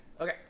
Okay